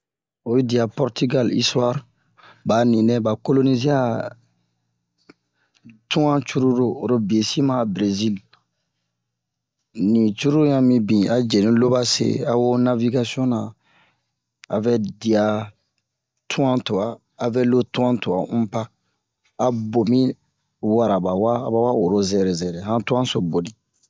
Oyi dia Portigal istu'ar ba a ninɛ ba kolonize'a tu'an cururu oro biyɛ si ma a brezil ni cururu yan mibin a jere lo ba se a wo navigasiyon a vɛ dia tu'an twa a vɛ lo tu'an twa unpa a bo mi wara ba wa aba wa woro zɛrɛ zɛrɛ han tu'an so boni